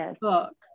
book